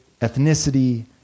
ethnicity